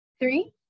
Three